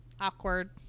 Awkward